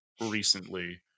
recently